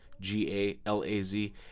G-A-L-A-Z